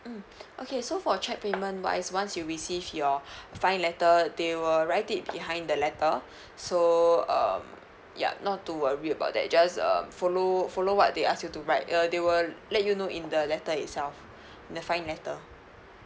mm okay so for cheque payment wise once you receive your fine letter they were write it behind the letter so um yup not to worry about that just uh follow follow what they ask you to write uh they will let you know in the letter itself the fine letter